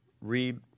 read